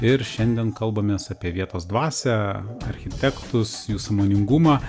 ir šiandien kalbamės apie vietos dvasią architektus jų sąmoningumą